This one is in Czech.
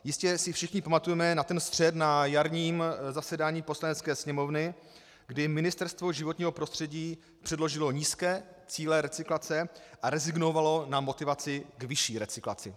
Jistě si všichni pamatujeme na střet na jarním zasedání Poslanecké sněmovny, kdy Ministerstvo životního prostředí předložilo nízké cíle recyklace a rezignovalo na motivaci ve vyšší recyklaci.